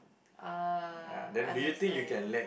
uh understand